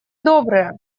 добрые